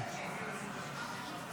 ביטון לומר דבר